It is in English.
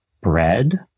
bread